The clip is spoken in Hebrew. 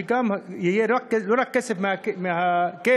שיהיה לא רק כסף מהקרן.